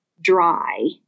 dry